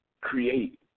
Create